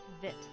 Vit